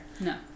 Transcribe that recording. No